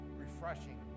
refreshing